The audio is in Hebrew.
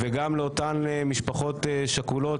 וגם לאותן משפחות שכולות,